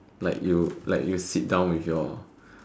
like you like you sit down with your